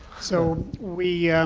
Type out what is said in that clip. so we,